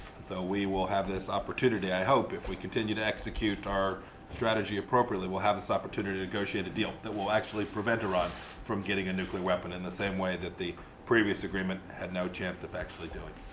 and so we will have this opportunity, i hope. if we continue to execute our strategy appropriately, we'll have this opportunity to negotiate a deal that will actually prevent iran from getting a nuclear weapon in the same way that the previous agreement had no chance of actually doing.